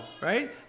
right